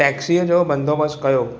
टेक्सीअ जो बंदोबस्ति कयो